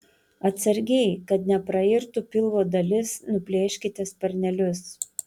atsargiai kad neprairtų pilvo dalis nuplėškite sparnelius